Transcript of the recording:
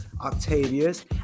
octavius